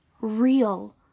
real